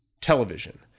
television